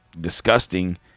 disgusting